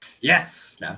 Yes